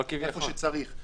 איפה שצריך.